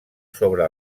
sobre